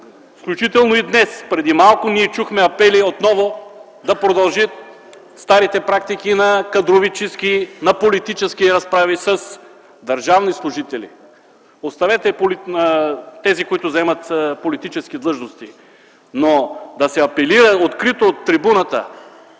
включително и днес преди малко ние чухме апели отново да продължим старите практики на кадрови чистки, на политически разправи с държавни служители. Оставете тези, които заемат политически длъжности, но да се апелира открито от трибуната